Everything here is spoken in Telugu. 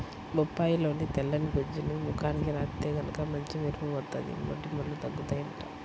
బొప్పాయిలోని తెల్లని గుజ్జుని ముఖానికి రాత్తే గనక మంచి మెరుపు వత్తది, మొటిమలూ తగ్గుతయ్యంట